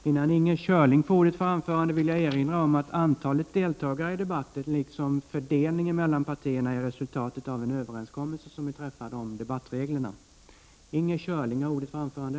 Jag vill erinra om att antalet deltagare i debatten liksom fördelningen mellan partierna är resultatet av en överenskommelse som vi har träffat om debattreglerna.